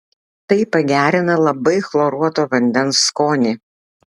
tai pagerina labai chloruoto vandens skonį